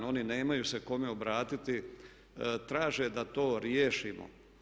Oni nemaju se kome obratiti, traže da to riješimo.